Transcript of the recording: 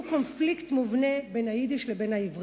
קונפליקט מובנה בין היידיש לבין העברית.